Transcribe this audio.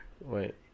Wait